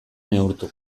neurtu